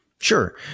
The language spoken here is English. Sure